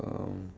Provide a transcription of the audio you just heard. um